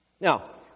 Now